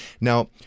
Now